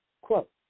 quote